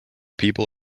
people